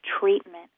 treatment